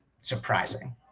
surprising